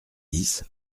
dix